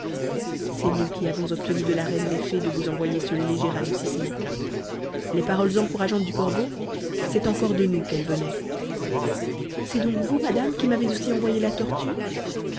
c'est nous qui avons obtenu de la reine des fées de vous envoyer ce léger adoucissement les paroles encourageantes du corbeau c'est encore de nous qu'elles venaient c'est donc vous madame qui m'avez aussi envoyé la tortue